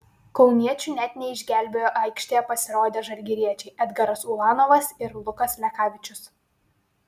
kauniečių net neišgelbėjo aikštėje pasirodę žalgiriečiai edgaras ulanovas ir lukas lekavičius